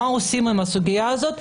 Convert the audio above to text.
מה עושים עם הסוגיה הזאת?